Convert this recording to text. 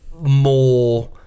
more